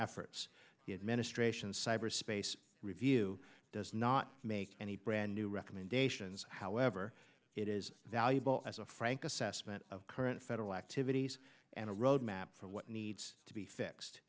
efforts the administration cyberspace review does not make any brand new recommendations however it is valuable as a frank assessment of current federal activities and a road map for what needs to be fixed